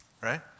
Right